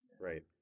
Right